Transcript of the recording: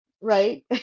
Right